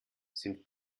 sind